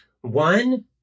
One